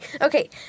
Okay